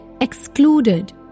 excluded